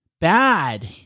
bad